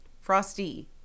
Frosty